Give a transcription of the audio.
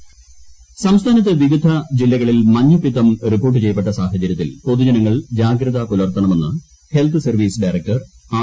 മഞ്ഞപ്പിത്തം phone in സംസ്ഥാനത്ത് വിവിധ ജീല്ലകളിൽ മഞ്ഞപ്പിത്തം റിപ്പോർട്ട് ചെയ്യപ്പെട്ട സാഹചര്യത്തിൽ പൊതുജനങ്ങൾ ജാഗ്രത പുലർത്തണമെന്ന് ഹെൽത്ത് സർവ്വീസ് ഡയറക്ടർ ആർ